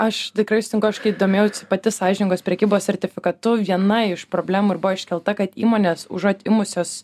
aš tikrai sutinku aš kai domėjausi pati sąžiningos prekybos sertifikatu viena iš problemų ir buvo iškelta kad įmonės užuot ėmusios